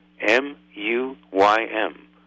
M-U-Y-M